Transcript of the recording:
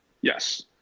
Yes